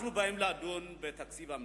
אנחנו באים לדון בתקציב המדינה.